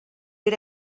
era